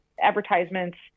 advertisements